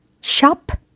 Shop